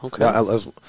Okay